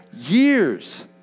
years